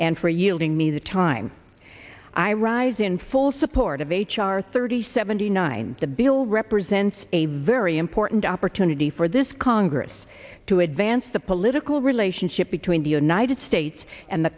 and for yielding me the time i rise in full support of h r thirty seventy nine the bill represents a very important opportunity for this congress to advance the political relationship between the united states and the